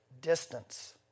distance